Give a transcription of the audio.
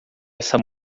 essa